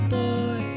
boy